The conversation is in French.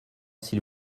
s’il